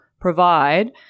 provide